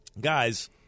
guys